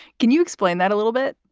can you explain that a little bit